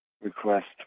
request